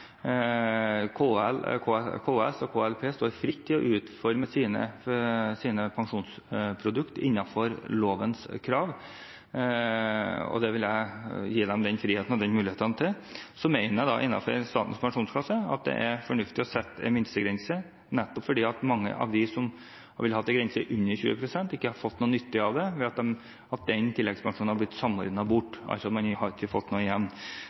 KS og KLP står fritt til å utforme sine pensjonsprodukter innenfor lovens krav, og det vil jeg gi dem friheten og muligheten til. Så mener jeg at når det gjelder Statens pensjonskasse, er det fornuftig å sette en minstegrense, nettopp fordi mange av dem som hadde villet ha en grense under 20 pst., ikke hadde fått noen nytte av det, ved at den tilleggspensjonen hadde blitt samordnet bort – altså hadde man ikke fått noe igjen.